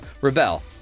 rebel